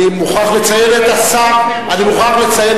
אני מוכרח לציין את שר המשפטים,